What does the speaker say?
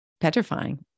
petrifying